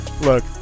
look